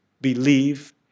believe